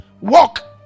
walk